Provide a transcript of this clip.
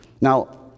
Now